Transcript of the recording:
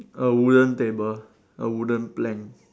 a wooden table a wooden plank